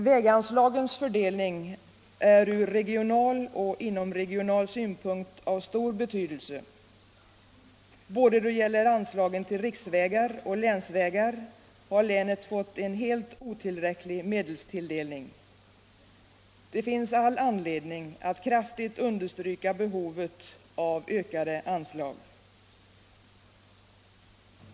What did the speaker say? Väganslagens fördelning är ur regional och inomregional synpunkt av stor betydelse. Då det gäller anslagen till både riksvägar och länsvägar har länet fått en helt otillräcklig medelstilldelning. Det finns all anledning att kraftigt understryka behovet av ökade anslag.